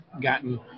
gotten –